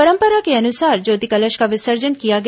परंपरा के अनुसार ज्योति कलश का विसर्जन किया गया